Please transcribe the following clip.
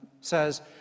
says